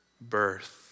birth